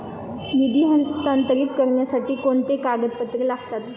निधी हस्तांतरित करण्यासाठी कोणती कागदपत्रे लागतात?